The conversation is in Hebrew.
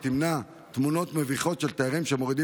היא תמנע תמונות מביכות של תיירים שמורידים